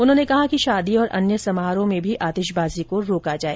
उन्होंने कहा कि शादी और अन्य समारोह में भी आतिशबाजी को रोका जाए